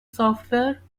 software